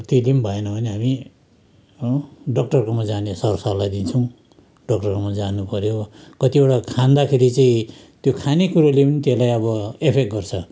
त्यति पनि भएन भने हामी हो डक्टरकोमा जाने सर सल्लाह दिन्छौँ डक्टरकोमा जानुपऱ्यो कतिवटा खाँदाखेरि चाहिँ त्यो खाने कुरोले पनि त्यसलाई अब एफेक्ट गर्छ